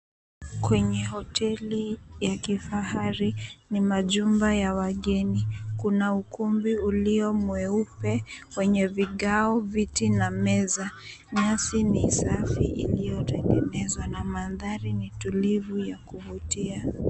Kwenye hoteli ya kifahari ni majumba ya wageni kuna ukumbi ulio mweupe wenye vigao, viti na meza nyasi ni safi iliotengenezwa na mandhari ni tulivu ya kuvutia.